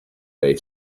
they